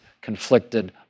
conflicted